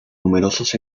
numerosos